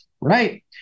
right